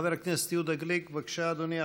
חבר הכנסת יהודה גליק, בבקשה, אדוני.